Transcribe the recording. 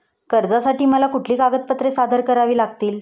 कर्जासाठी मला कुठली कागदपत्रे सादर करावी लागतील?